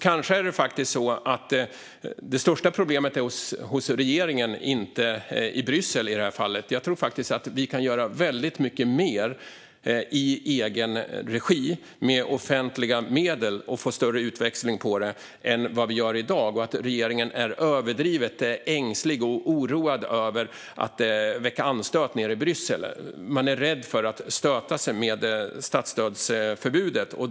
Kanske ligger det största problemet hos regeringen och inte i Bryssel i det här fallet. Jag tror att vi kan göra mycket mer än i dag i egen regi, med offentliga medel, och få större utväxling på det. Regeringen är överdrivet ängslig och oroad över att väcka anstöt nere i Bryssel. Man är rädd för att stöta sig med statsstödsförbudet.